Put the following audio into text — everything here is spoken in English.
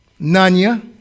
Nanya